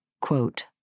Quote